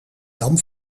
dam